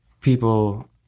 people